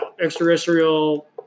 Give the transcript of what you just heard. extraterrestrial